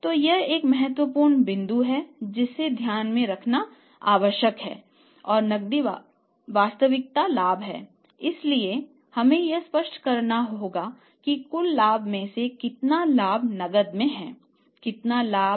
तो एक महत्वपूर्ण बिंदु जिसे ध्यान में रखना होगा कि नकदी वास्तविक लाभ